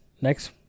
next